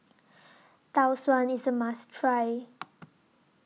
Tau Suan IS A must Try